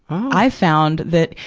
i found that,